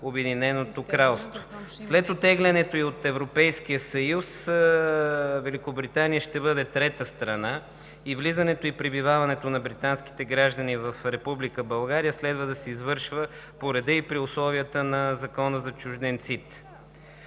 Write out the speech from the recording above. Обединеното кралство. След оттеглянето ѝ от Европейския съюз, Великобритания ще бъде трета страна и влизането и пребиваването на британските граждани в Република България следва да се извършва по реда и при условията на Закона за чужденците.